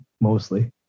mostly